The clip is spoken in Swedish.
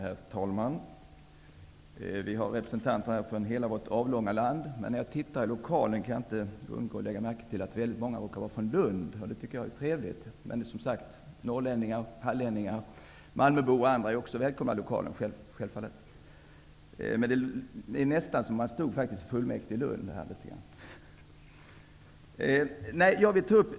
Herr talman! I riksdagen finns representanter för alla delar av vårt avlånga land, men när jag tittar ut över lokalen kan jag inte undgå att lägga märke till att väldigt många här råkar vara från Lund, och det tycker jag är trevligt. Norrlänningar, hallänningar, malmöbor och andra är självfallet också välkomna, men jag känner det nästan som om jag befann mig hos fullmäktige i Lund.